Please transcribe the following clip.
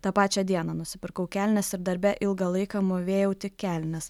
tą pačią dieną nusipirkau kelnes ir darbe ilgą laiką mūvėjau tik kelnes